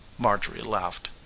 marjorie laughed.